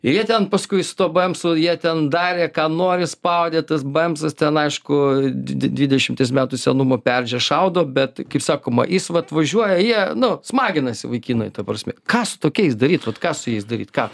ir jie ten paskui su tuo bemsu jie ten darė ką nori spaudė tas bemsas ten aišku di di dvidešimties metų senumo perdžia šaudo bet kaip sakoma jis vat važiuoja jie nu smaginasi vaikinai ta prasme ką su tokiais daryt vat ką su jais daryt ką